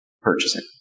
purchasing